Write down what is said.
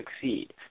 succeed